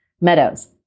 Meadows